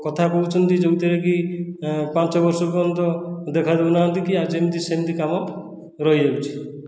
କଥା କହୁଛନ୍ତି ଯେଉଁଥିରେ କି ପାଞ୍ଚ ବର୍ଷ ପର୍ଯ୍ୟନ୍ତ ଦେଖା ଦେଉନାହାନ୍ତି କି ଆ ଯେମିତି ସେମିତି କାମ ରହିଯାଉଛି